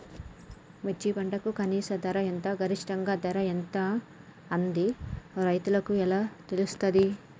మిర్చి పంటకు కనీస ధర ఎంత గరిష్టంగా ధర ఎంత అది రైతులకు ఎలా తెలుస్తది?